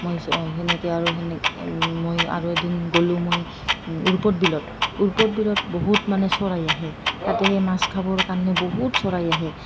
মই সেনেকৈ আৰু সেনেকৈ মই আৰু এদিন গ'লোঁ মই উৰপদ বিলত উৰপদ বিলত বহুত মানে চৰাই আহে তাতে সেই মাছ খাবৰ কাৰণে বহুত চৰাই আহে